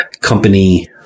company